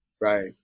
Right